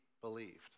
believed